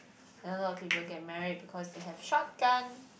and a lot of people get married because they have shotguns